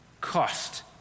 cost